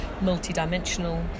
multi-dimensional